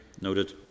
Noted